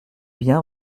bien